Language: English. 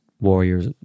Warriors